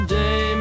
day